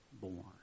born